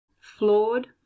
Flawed